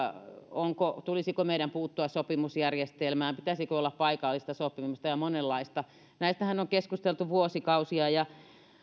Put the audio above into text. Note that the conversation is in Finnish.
tulisiko meidän puuttua sopimusjärjestelmään pitäisikö olla paikallista sopimista ja monenlaista näistähän on keskusteltu vuosikausia ja